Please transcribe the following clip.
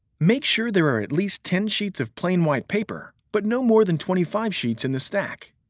make sure there are at least ten sheets of plain white paper, but no more than twenty five sheets in the stack.